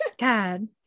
god